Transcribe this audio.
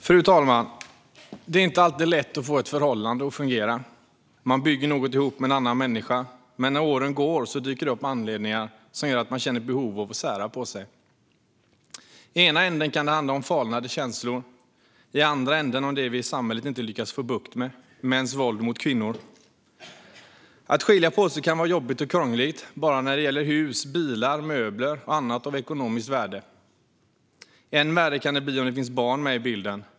Fru talman! Det är inte alltid lätt att få ett förhållande att fungera. Man bygger något ihop med en annan människa, men när åren går dyker det upp anledningar som gör att man känner behov av att sära på sig. I ena änden kan det handla om falnade känslor, i andra änden om det vi i samhället inte lyckats få bukt med: mäns våld mot kvinnor. Att skilja sig kan vara jobbigt och krångligt när det gäller hus, bilar, möbler och annat av ekonomiskt värde. Än värre kan det bli om det finns barn med i bilden.